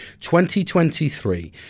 2023